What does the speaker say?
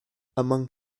among